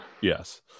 yes